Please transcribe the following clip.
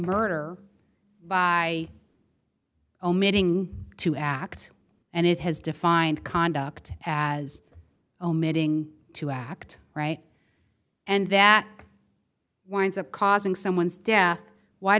murder by omitting to act and it has defined conduct as omitting to act right and that winds up causing someone's death why